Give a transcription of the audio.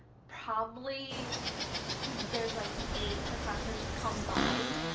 probably there's like eight professors combined.